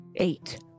Eight